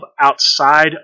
outside